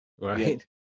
right